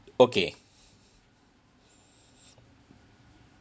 okay